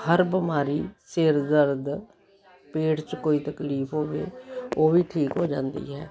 ਹਰ ਬਿਮਾਰੀ ਸਿਰ ਦਰਦ ਪੇਟ 'ਚ ਕੋਈ ਤਕਲੀਫ ਹੋਵੇ ਉਹ ਵੀ ਠੀਕ ਹੋ ਜਾਂਦੀ ਹੈ